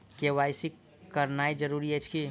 KYC करानाइ जरूरी अछि की?